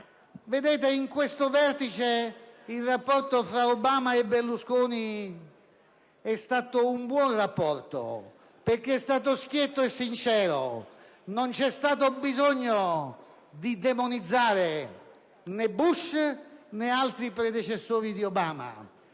Nel corso del vertice quello tra Obama e Berlusconi è stato un buon rapporto, perché è stato schietto e sincero; non c'è stato bisogno di demonizzare né Bush, né altri predecessori di Obama